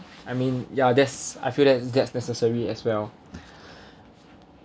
I mean ya that's I feel that that's necessary as well